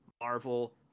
Marvel